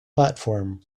platform